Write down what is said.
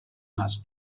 has